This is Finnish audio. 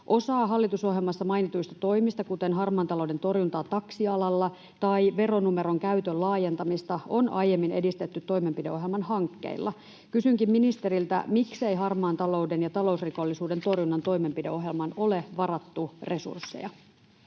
Osaa hallitusohjelmassa mainituista toimista, kuten harmaan talouden torjuntaa taksialalla tai veronumeron käytön laajentamista, on aiemmin edistetty toimenpideohjelman hankkeilla. Kysynkin ministeriltä, miksei harmaan talouden ja talousrikollisuuden torjunnan toimenpideohjelmaan ole varattu resursseja?